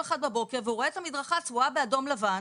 אחד בבוקר ורואה את המדרכה צבועה באדום לבן